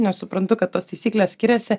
nesuprantu kad tos taisyklės skiriasi